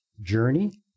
journey